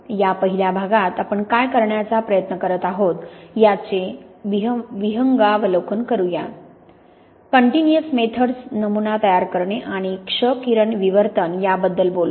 या पहिल्या भागात आपण काय करण्याचा प्रयत्न करत आहोत याचे विहंगावलोकन करू काँटिन्युअस मेथड्स नमुना तयार करणे आणि क्ष किरण विवर्तन याबद्दल बोलू